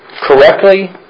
correctly